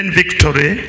victory